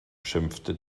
schimpfte